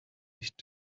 nicht